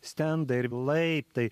stendai ir laiptai